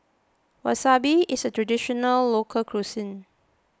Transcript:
Wasabi is a Traditional Local Cuisine